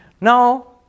Now